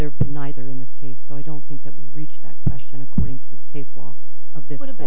there neither in this case so i don't think that we reached that question according to the case law of this would have